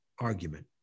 argument